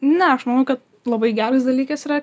ne aš manau kad labai geras dalykas yra